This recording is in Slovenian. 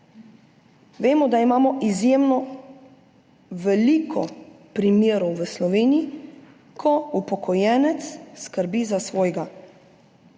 Vemo, da imamo izjemno veliko primerov v Sloveniji, ko upokojenec skrbi za svojega